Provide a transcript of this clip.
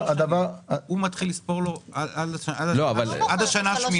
הוא מתחיל לספור לו עד השנה השמינית?